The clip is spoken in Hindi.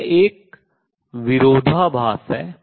यह एक विरोधाभास है